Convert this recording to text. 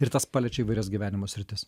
ir tas paliečia įvairias gyvenimo sritis